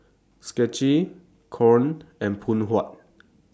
Schick Knorr and Phoon Huat